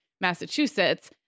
Massachusetts